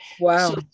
Wow